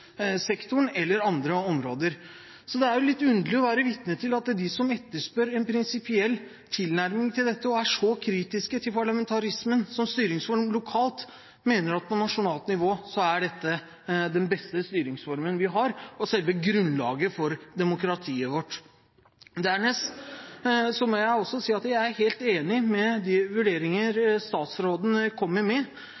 eller på andre områder. Så det er litt underlig å være vitne til at de som etterspør en prinsipiell tilnærming til dette og er så kritiske til parlamentarismen som styreform lokalt, mener at på nasjonalt nivå er dette den beste styreformen vi har og selve grunnlaget for demokratiet vårt. Dernest må jeg også si at jeg er helt enig i de vurderinger statsråden kommer med.